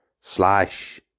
slash